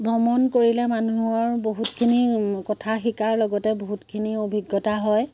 ভ্ৰমণ কৰিলে মানুহৰ বহুতখিনি কথা শিকাৰ লগতে বহুতখিনি অভিজ্ঞতা হয়